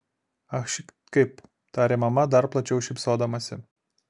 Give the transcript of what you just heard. ach šit kaip tarė mama dar plačiau šypsodamasi